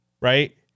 right